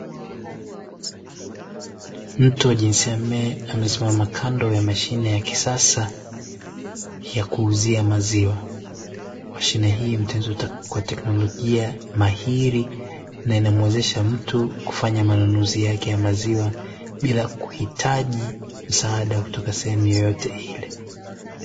Mtu wa jinsia 'me' amesimama kando ya mashine ya kisasa ya kuuzia maziwa. Mashine hii imetengenezwa kwa teknolojia mahiri na inamuwezesha mtu kufanya manunuzi yake ya maziwa bila kuhitaji msaada kutoka sehemu yoyote ile.